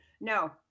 No